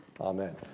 Amen